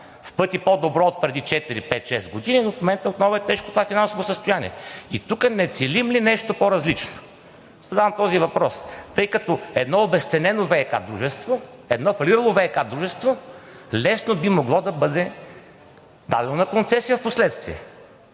в пъти по-добро отпреди 4, 5, 6 години, но в момента отново е тежко това финансово състояние. И тук не целим ли нещо по-различно? Задавам този въпрос, тъй като едно обезценено ВиК дружество, едно фалирало ВиК дружество лесно би могло да бъде дадено на концесия впоследствие.